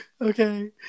okay